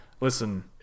listen